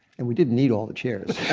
and we didn't need all the chairs.